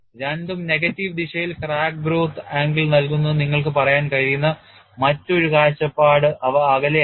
രണ്ടും നെഗറ്റീവ് ദിശയിൽ crack growth angle നൽകുന്നുവെന്ന് നിങ്ങൾക്ക് പറയാൻ കഴിയുന്ന മറ്റൊരു കാഴ്ചപ്പാട് അവ അകലെയല്ല